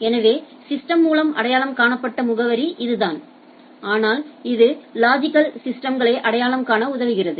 எனவே சிஸ்டம்ஸ் மூலம் அடையாளம் காணப்பட்ட முகவரி இதுதான் ஆனால் இது லொஜிக்கல் ஆக சிஸ்டம்ஸ்களை அடையாளம் காண உதவுகிறது